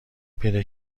پیدا